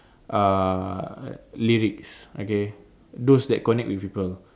uh lyrics okay those that connect with people